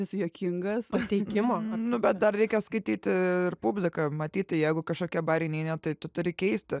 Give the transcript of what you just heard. esi juokingas pateikimo nu bet dar reikia skaityti ir publiką matyti jeigu kažkokie bajeriai neina tai tu turi keisti